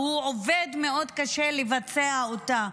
והוא עובד מאוד קשה לבצע אותה.